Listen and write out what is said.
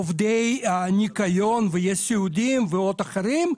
לעובדי הניקיון ויש סיעודיים ועוד אחרים,